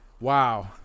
wow